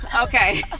okay